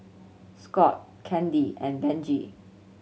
Scot Candi and Benji